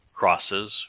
Crosses